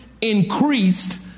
increased